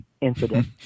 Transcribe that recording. incident